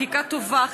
חקיקה טובה,